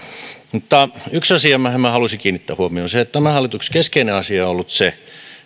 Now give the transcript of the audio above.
mutta yksi asia mihin minä haluaisin kiinnittää huomiota on se että tämän hallituksen yksi keskeinen asia on ollut se